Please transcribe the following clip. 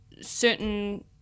certain